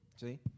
See